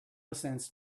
sense